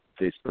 Facebook